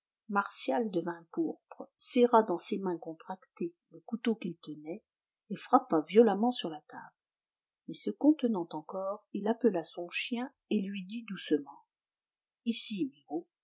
martial devint pourpre serra dans ses mains contractées le couteau qu'il tenait et frappa violemment sur la table mais se contenant encore il appela son chien et lui dit doucement ici